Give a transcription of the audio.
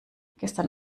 gestern